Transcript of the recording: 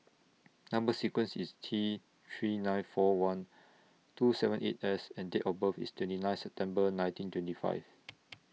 Number sequence IS T three nine four one two seven eight S and Date of birth IS twenty nine September nineteen twenty five